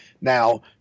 Now